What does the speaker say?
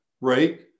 right